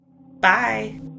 Bye